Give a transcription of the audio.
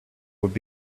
would